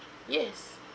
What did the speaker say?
yes